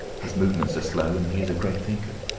his movements are slow, and he is a great thinker.